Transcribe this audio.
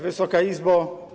Wysoka Izbo!